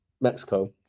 Mexico